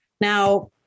Now